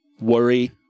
worry